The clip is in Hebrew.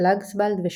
קלגסבלד ושות'